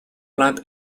plant